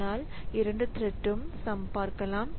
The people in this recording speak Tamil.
ஆனால் இரண்டு த்ரெட்ம் சம் பார்க்கலாம்